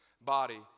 body